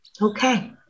Okay